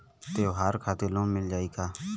त्योहार खातिर लोन मिल जाई का?